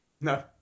No